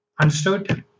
understood